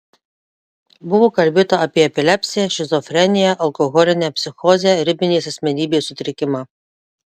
buvo kalbėta apie epilepsiją šizofreniją alkoholinę psichozę ribinės asmenybės sutrikimą